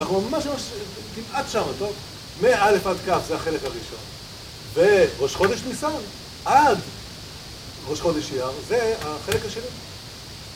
אנחנו ממש ממש כמעט שמה , מא' עד כ' זה החלק הראשון וראש חודש ניסן עד ראש חודש אייר זה החלק השני